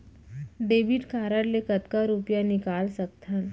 Debit card ले कतका रुपिया निकाल सकथन?